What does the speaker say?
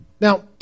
Now